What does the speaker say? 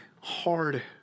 hard